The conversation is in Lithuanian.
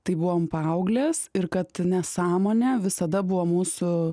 tai buvom paauglės ir kad nesąmonė visada buvo mūsų